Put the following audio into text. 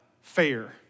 fair